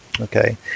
okay